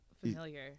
familiar